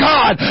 God